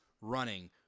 running